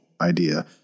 idea